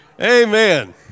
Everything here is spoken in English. amen